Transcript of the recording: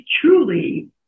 truly